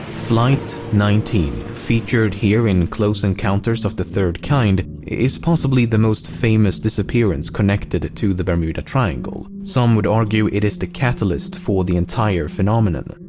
flight nineteen, featured here in close encounters of the third kind, is possibly the most famous disappearance connected to the bermuda triangle. some would argue it is the catalyst for the entire phenomenon.